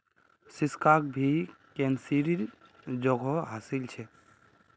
सिक्काक भी करेंसीर जोगोह हासिल छ